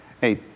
hey